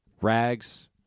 Rags